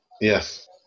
Yes